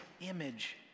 image